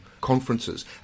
conferences